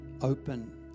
open